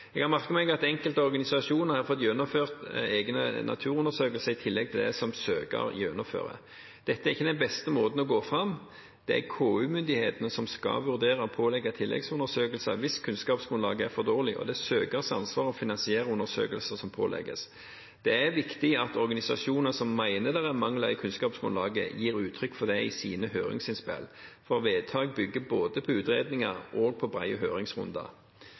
Jeg har merket meg at enkelte organisasjoner har fått gjennomført egne naturundersøkelser i tillegg til det som søker gjennomfører. Dette er ikke den beste måten å gå fram på. Det er KU-myndighetene som skal vurdere å pålegge tilleggsundersøkelser hvis kunnskapsgrunnlaget er for dårlig, og det er søkers ansvar å finansiere undersøkelser som pålegges. Det er viktig at organisasjoner som mener det er mangler i kunnskapsgrunnlaget, gir uttrykk for det i sine høringsinnspill, for vedtak bygger både på utredninger og på brede høringsrunder.